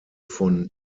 von